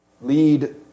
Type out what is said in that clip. Lead